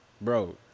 bro